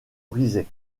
brisés